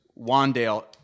Wandale